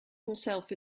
himself